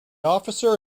officer